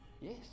Yes